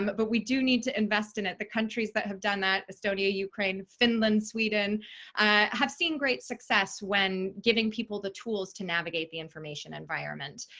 um but but we do need to invest in it. the countries that have done that estonia, ukraine, finland, sweden have seen great success when giving people the tools to navigate the information environment.